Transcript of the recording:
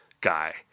guy